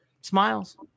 Smiles